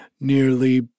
nearly